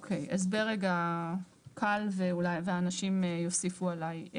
הסבר קל ואנשים יוסיפו עליי.